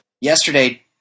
Yesterday